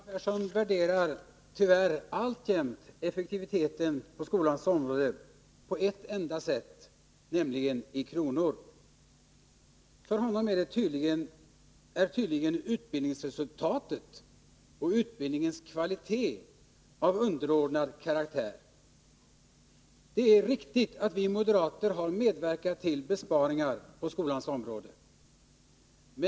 Herr talman! Göran Persson värderar tyvärr alltjämt effektiviteten på skolans område på ett enda sätt, nämligen i kronor. För honom är tydligen utbildningsresultatet och utbildningens kvalitet av underordnad karaktär. Det är riktigt att vi moderater har medverkat till besparingar på skolans område.